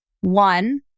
One